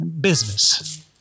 business